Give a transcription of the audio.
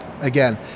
again